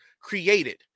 created